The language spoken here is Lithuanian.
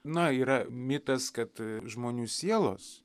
na yra mitas kad žmonių sielos